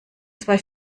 zwei